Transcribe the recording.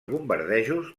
bombardejos